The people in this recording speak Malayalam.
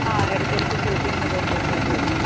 ആ ഇടയ്ക്കിടയ്ക്ക് ഷോപ്പിംഗിനു പോകണ്ടതായിട്ടൊക്കെ വരും